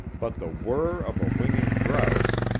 but the whirr of a winging grouse,